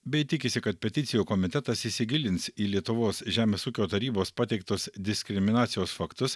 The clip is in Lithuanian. bei tikisi kad peticijų komitetas įsigilins į lietuvos žemės ūkio tarybos pateiktus diskriminacijos faktus